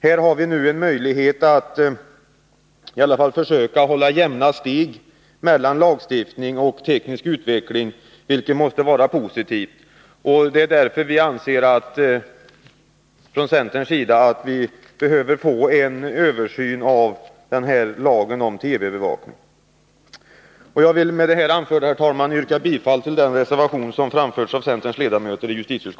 Här har vi nu en möjlighet att försöka hålla jämna steg mellan lagstiftning och teknisk utveckling, vilket måste vara positivt. Det är därför som vi från centerns sida anser att vi behöver få en översyn av lagen om TV-övervakning. Jag vill med det här anförda, herr talman, yrka bifall till reservationen av centerns ledamöter.